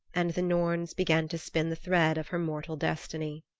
and the norns began to spin the thread of her mortal destiny.